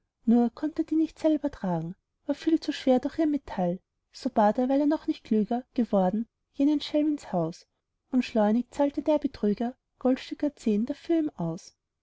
nur konnt er die nicht selber tragen war viel zu schwer doch ihr metall so bat er weil er noch nicht klüger geworden jenen schelm ins haus und schleunig zahlte der betrüger goldstücker zehn dafür ihm aus